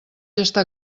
estar